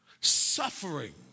Suffering